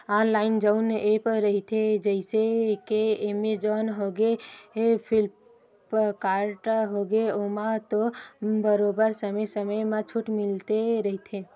online जउन app रहिथे जइसे के एमेजॉन होगे, फ्लिपकार्ट होगे ओमा तो बरोबर समे समे म छूट मिलते रहिथे